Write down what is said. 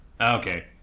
Okay